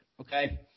Okay